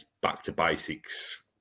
back-to-basics